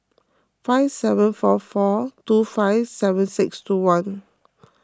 five seven four four two five seven six two one